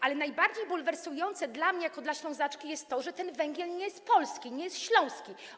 Ale najbardziej bulwersujące dla mnie jako dla Ślązaczki jest to, że ten węgiel nie jest polski, nie jest śląski.